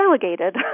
delegated